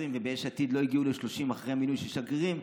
וביש עתיד לא הגיעו ל-30 אחרי המינויים של שגרירים,